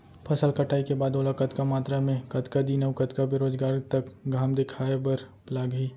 फसल कटाई के बाद ओला कतका मात्रा मे, कतका दिन अऊ कतका बेरोजगार तक घाम दिखाए बर लागही?